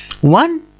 One